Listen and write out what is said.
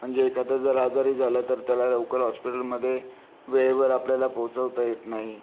म्हणजे एखादा जर आजारी झाला तर त्याला लवकर हॉस्पिटलमध्ये वेळेवर आपल्याला पोहोचवता येत नाही